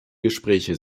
gespräche